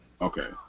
Okay